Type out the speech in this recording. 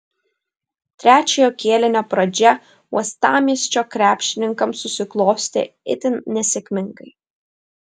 trečiojo kėlinio pradžia uostamiesčio krepšininkams susiklostė itin nesėkmingai